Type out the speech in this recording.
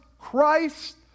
Christ